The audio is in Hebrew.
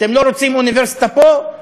אתם לא רוצים אוניברסיטה פה?